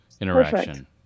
interaction